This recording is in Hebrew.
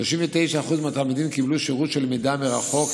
39% מהתלמידים קיבלו שירות של מידע מרחוק,